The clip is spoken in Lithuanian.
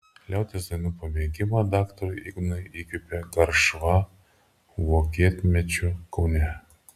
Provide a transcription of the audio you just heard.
liaudies dainų pamėgimą daktarui ignui įkvėpė garšva vokietmečiu kaune